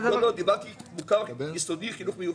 דיברתי על מוכר יסודי, חינוך מיוחד.